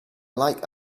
like